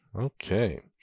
Okay